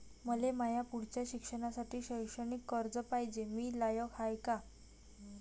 मले माया पुढच्या शिक्षणासाठी शैक्षणिक कर्ज पायजे, मी लायक हाय का?